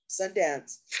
Sundance